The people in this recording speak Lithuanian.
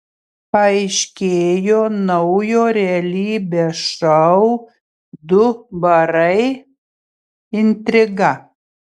paaiškėjo naujo realybės šou du barai intriga